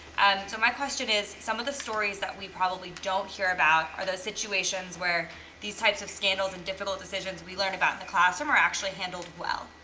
and so my question is, some of the stories that we probably don't hear about are those situations where these types of scandals and difficult decisions we learn about in the classroom are actually handled well.